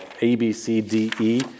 A-B-C-D-E